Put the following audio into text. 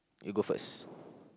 you go first